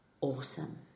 awesome